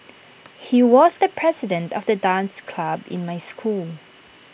he was the president of the dance club in my school